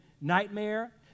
nightmare